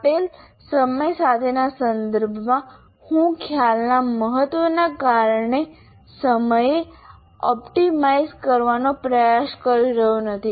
આપેલ સમય સાથેના અર્થમાં હું ખ્યાલના મહત્વને કારણે સમયને ઓપ્ટિમાઇઝ કરવાનો પ્રયાસ કરી રહ્યો નથી